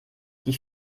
die